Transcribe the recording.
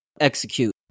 execute